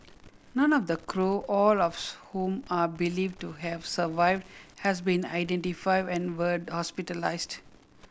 none of the crew all of whom are believed to have survived has been identified and were hospitalised